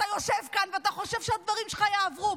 אתה יושב כאן ואתה חושב שהדברים שלך יעברו.